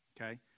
Okay